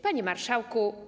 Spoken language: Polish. Panie Marszałku!